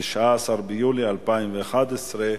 התשע"א 2011,